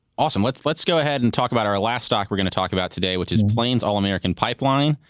awesome. let's let's go ahead and talk about our last talk we're going to talk about today, which is plains all american pipeline,